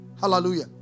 Hallelujah